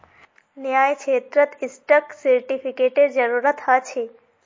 न्यायक्षेत्रत स्टाक सेर्टिफ़िकेटेर जरूरत ह छे